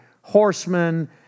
horsemen